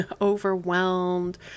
overwhelmed